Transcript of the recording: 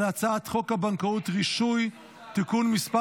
הצעת חוק הבנקאות (רישוי) (תיקון מס'